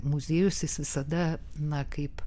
muziejus jis visada na kaip